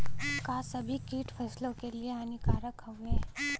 का सभी कीट फसलों के लिए हानिकारक हवें?